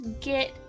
get